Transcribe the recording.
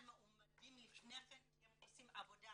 על מועמדים לפני כן כי הם עושים עבודה